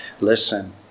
Listen